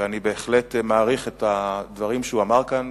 ואני בהחלט מעריך את הדברים שהוא אמר כאן,